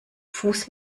fuß